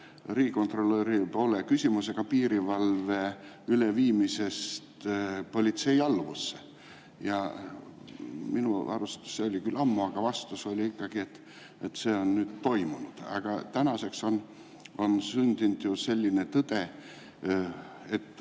riigikontrolöri poole küsimusega piirivalve üleviimisest politsei alluvusse. Ja minu arust, see oli küll ammu, aga vastus oli, et see on nüüd toimunud. Aga tänaseks on sündinud selline tõde, et